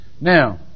Now